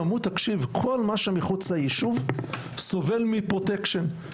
ענו לי שכל מה שמחוץ ליישוב סובל מפרוטקשן.